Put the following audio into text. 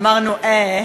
אמרנו: אה,